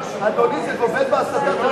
אדוני, זה גובל בהסתה.